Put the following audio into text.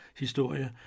historie